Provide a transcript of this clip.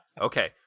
Okay